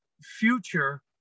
future